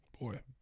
boy